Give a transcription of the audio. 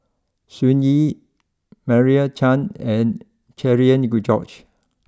Sun Yee Meira Chand and Cherian George